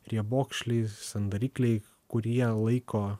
riebokšliai sandarikliai kurie laiko